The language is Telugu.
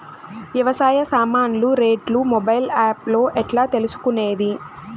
వ్యవసాయ సామాన్లు రేట్లు మొబైల్ ఆప్ లో ఎట్లా తెలుసుకునేది?